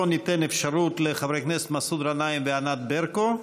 בוא ניתן אפשרות לחברי הכנסת מסעוד גנאים וענת ברקו.